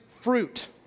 fruit